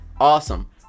Awesome